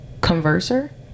converser